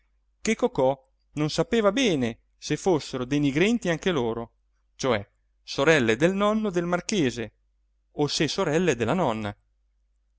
che cocò non sapeva bene se fossero dei nigrenti anche loro cioè se sorelle del nonno del marchese o se sorelle della nonna